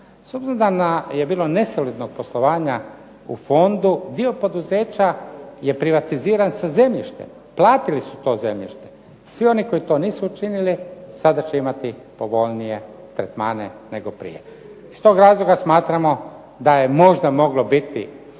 S obzirom da je bilo nesolidnog poslovanja u fondu, dio poduzeća je privatiziran sa zemljištem, platili su to zemljište. Svi oni koji to nisu učinili sada će imati povoljnije tretmane nego prije. Iz tog razloga smatramo da je možda moglo biti